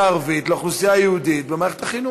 הערבית לאוכלוסייה היהודית במערכת החינוך.